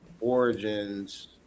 Origins